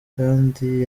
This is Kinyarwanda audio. kandi